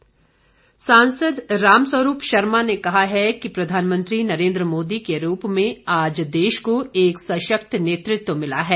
रामस्वरूप सांसद रामस्वरूप शर्मा ने कहा है कि प्रधानमंत्री नरेन्द्र मोदी के रूप में आज देश को एक सशक्त नेतृत्व मिला है